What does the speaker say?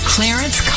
Clarence